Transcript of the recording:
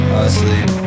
asleep